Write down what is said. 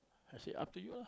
I say up to you lah